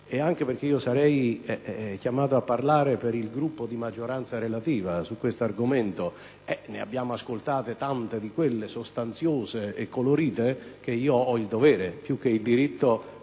e anche perché io sarei chiamato a parlare per il Gruppo di maggioranza relativa su questo argomento, dato che abbiamo ascoltato molti discorsi sostanziosi e coloriti, io ho il dovere, più che il diritto,